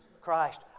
Christ